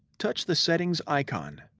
touch the settings icon.